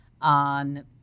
on